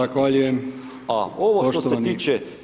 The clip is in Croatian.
A ovo što se tiče,